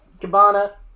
cabana